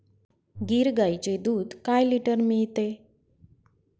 गीर गाईचे दूध काय लिटर मिळते?